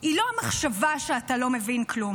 היא לא המחשבה שאתה לא מבין כלום,